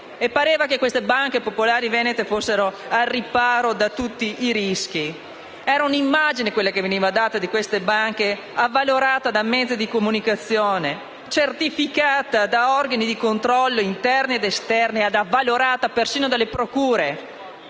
sembrava che le banche popolari venete fossero al riparo da tutti i rischi. Quella che di queste banche veniva data era un'immagine avvalorata da mezzi di comunicazione, certificata da organi di controllo interni ed esterni e avvalorata persino dalle procure,